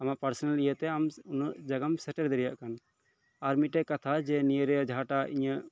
ᱟᱢᱟᱜ ᱯᱟᱨᱥᱚᱱᱟᱞ ᱤᱭᱟᱹᱛᱮ ᱟᱢ ᱩᱱᱟᱹ ᱡᱟᱭᱜᱟᱢ ᱥᱮᱴᱮᱨ ᱫᱟᱲᱮᱭᱟᱜ ᱠᱟᱱᱟ ᱟᱨ ᱢᱤᱫ ᱴᱮᱱ ᱠᱟᱛᱷᱟ ᱡᱮ ᱱᱤᱭᱟᱹᱨᱮ ᱡᱟᱦᱟᱸ ᱴᱟᱜ ᱤᱧᱟᱹᱜ